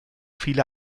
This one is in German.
viele